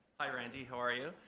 hi randy. how are you?